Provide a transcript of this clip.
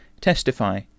testify